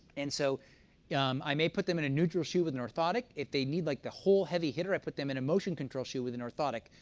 and so i may put them in a neutral shoe with an orthotic. if they need like the whole heavy hitter, i put them in a motion control shoe with an orthotic.